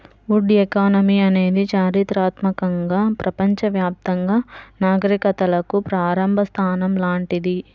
would economy అనేది చారిత్రాత్మకంగా ప్రపంచవ్యాప్తంగా నాగరికతలకు ప్రారంభ స్థానం లాంటిది